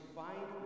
find